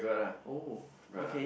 oh okay